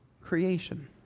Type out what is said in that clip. creation